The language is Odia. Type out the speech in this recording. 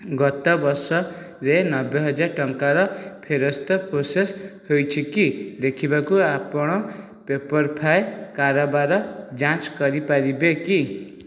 ଗତ ବର୍ଷ ରେ ନବେ ହଜାର ଟଙ୍କାର ଫେରସ୍ତ ପ୍ରୋସେସ୍ ହୋଇଛି କି ଦେଖିବାକୁ ଆପଣ ପେପରଫ୍ରାଏ କାରବାର ଯାଞ୍ଚ କରିପାରିବେ କି